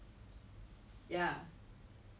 whether whether actually she is or not